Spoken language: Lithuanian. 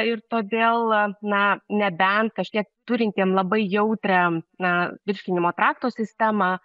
ir todėl na nebent kažkiek turintiem labai jautrią na virškinimo trakto sistemą